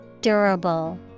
Durable